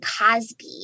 Cosby